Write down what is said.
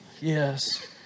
Yes